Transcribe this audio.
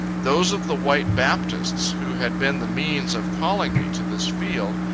those of the white baptists who had been the means of calling me to this field,